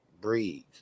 breathe